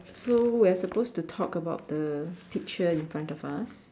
so we are supposed to talk about the picture in front of us